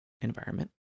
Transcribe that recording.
environment